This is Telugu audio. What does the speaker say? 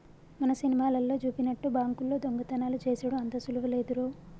మన సినిమాలల్లో జూపినట్టు బాంకుల్లో దొంగతనాలు జేసెడు అంత సులువు లేదురో